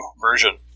version